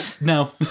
No